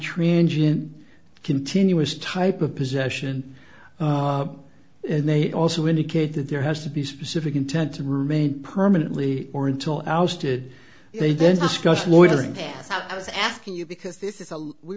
in continuous type of possession and they also indicate that there has to be specific intent to remain permanently or until ousted they then discuss loitering i'm asking you because this is a we